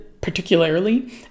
particularly